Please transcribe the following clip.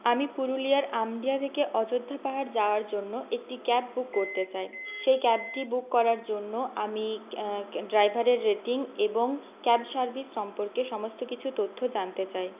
আমি পুরুলিয়ার আমদিয়া থেকে অযোধ্যা পাহাড় যাওয়ার জন্য একটি ক্যাব বুক করতে চাই সেই ক্যাবটি বুক করার জন্য আমি ড্রাইভারের রেটিং এবং ক্যাব সার্ভিস সম্পর্কে সমস্ত কিছু তথ্য জানতে চাই